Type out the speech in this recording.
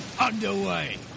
underway